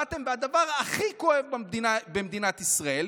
באתם עם הדבר הכי כואב במדינת ישראל,